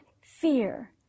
fear